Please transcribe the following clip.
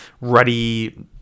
ruddy